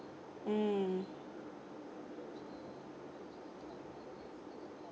mm